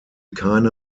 keine